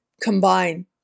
combine